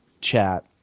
chat